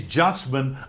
judgment